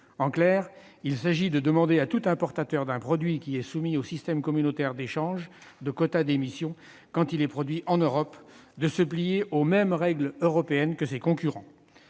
En clair, il s'agirait de demander à tout importateur d'un produit soumis au système communautaire d'échange de quotas d'émissions, quand il est produit en Europe, de se plier aux mêmes règles européennes que ses concurrents.